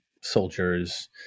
soldiers